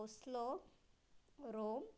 Oslo Rome